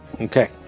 Okay